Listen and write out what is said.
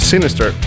sinister